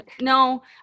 No